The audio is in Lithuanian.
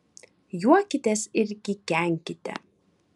juokitės ir kikenkite